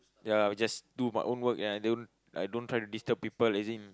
ya I will just do my own work I don't I don't try to disturb people as in